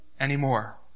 anymore